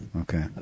Okay